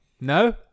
No